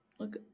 look